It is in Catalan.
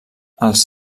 els